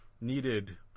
needed